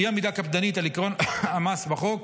אי-עמידה קפדנית על עקרון המס בחוק,